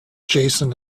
jason